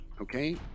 Okay